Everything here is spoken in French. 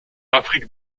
afrique